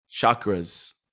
chakras